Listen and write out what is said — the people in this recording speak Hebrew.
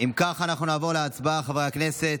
אם כך, אנחנו נעבור להצבעה, חברי הכנסת,